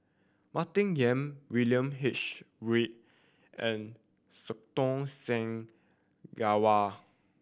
Martin Yan William H Read and Santokh Singh Grewal